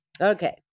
Okay